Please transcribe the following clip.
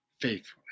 faithfulness